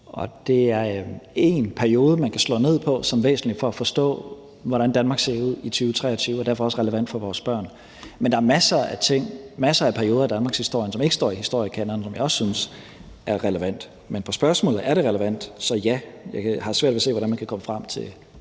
det er én periode, man kan slå ned på som væsentlig for at forstå, hvordan Danmark ser ud i 2023, og derfor er den også relevant for vores børn. Men der er masser af ting, masser af perioder i danmarkshistorien, som ikke står i historiekanonen, som jeg også synes er relevante. Men på spørgsmålet: Er det relevant? svarer jeg ja. Jeg har svært ved at se, hvordan man kan komme frem til et